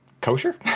Kosher